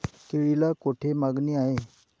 केळीला कोठे मागणी आहे?